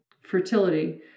fertility